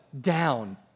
down